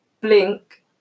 blink